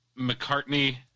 McCartney